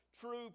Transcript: true